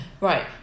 Right